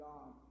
God